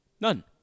None